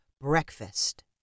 breakfast